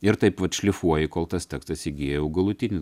ir taip vat šlifuoji kol tas tekstas įgyja jau galutinį